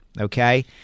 okay